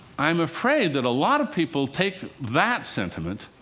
i'm afraid that a lot of people take that sentiment